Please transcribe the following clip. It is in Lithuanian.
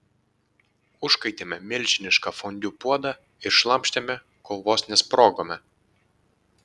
užkaitėme milžinišką fondiu puodą ir šlamštėme kol vos nesprogome